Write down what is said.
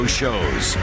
shows